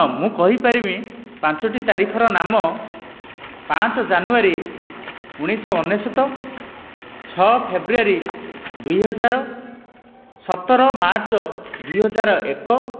ହଁ ମୁଁ କହିପାରିବି ପାଞ୍ଚଟି ତାରିଖର ନାମ ପାଞ୍ଚ ଜାନୁଆରୀ ଉଣେଇଶହ ଅନେଶ୍ୱତ ଛଅ ଫେବୃଆରୀ ଦୁଇ ହଜାର ସତର ମାର୍ଚ୍ଚ ଦୁଇ ହଜାର ଏକ